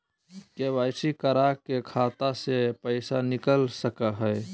KYC करा के खाता से पैसा निकल सके हय?